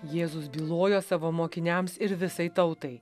jėzus bylojo savo mokiniams ir visai tautai